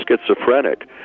schizophrenic